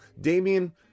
Damian